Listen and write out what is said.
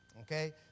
Okay